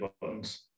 buttons